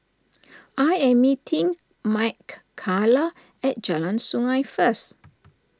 I am meeting Mckayla at Jalan Sungei first